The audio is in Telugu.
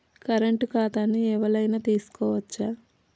కరెంట్ ఖాతాను ఎవలైనా తీసుకోవచ్చా?